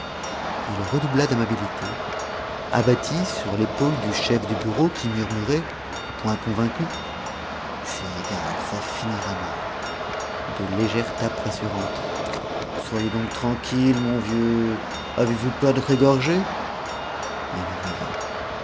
il redoubla d'amabilité abattit sur l'épaule du chef de bureau qui murmurait point convaincu c'est égal ça finira mal de légères tapes rassurantes soyez donc tranquille mon vieux avez-vous peur d'être égorgé il riait